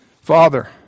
Father